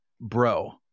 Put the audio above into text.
Bro